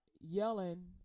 yelling